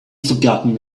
forgotten